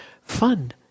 fun